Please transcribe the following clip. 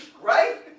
right